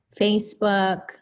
Facebook